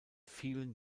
vielen